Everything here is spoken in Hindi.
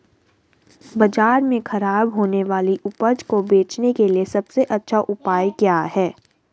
बाजार में खराब होने वाली उपज को बेचने के लिए सबसे अच्छा उपाय क्या है?